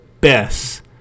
best